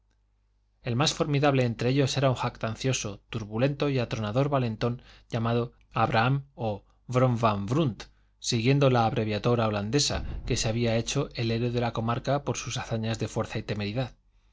el más formidable entre ellos era un jactancioso turbulento y atronador valentón llamado abraham o brom van brunt según la abreviatura holandesa que se había hecho el héroe de la comarca por sus hazañas de fuerza y temeridad